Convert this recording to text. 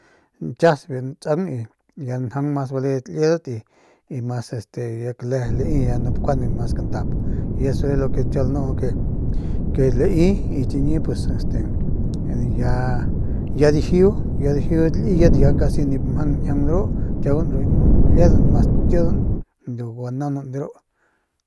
Nkias biu ntsaung y biu nstaung y ya njaung mas baledat liedat y mas este este ya cle lai y chiñi pues ya dijiu ya dijiudat liyet ya casi nip mjang njiaung ru ke kiaguan ru liedan mas kidan ndu gua naunan de ru.